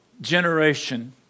generation